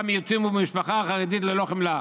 במיעוטים ובמשפחה החרדית ללא חמלה,